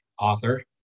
author